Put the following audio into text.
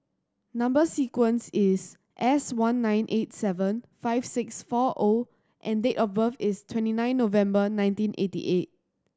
number sequence is S one nine eight seven five six four O and date of birth is twenty nine November nineteen eighty eight